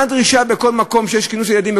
מה הדרישה בכל מקום שיש בו כינוס ילדים,